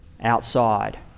outside